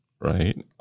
right